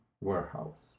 warehouse